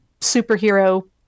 superhero